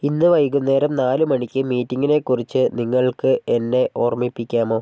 ഇന്ന് വൈകുന്നേരം നാല് മണിക്ക് മീറ്റീംഗിനെ കുറിച്ച് നിങ്ങൾക്ക് എന്നെ ഓർമ്മിപ്പിക്കാമോ